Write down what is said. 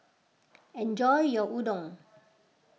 enjoy your Udon